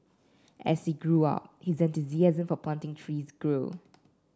as he grew up his enthusiasm for planting trees grew